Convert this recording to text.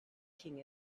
king